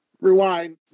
rewind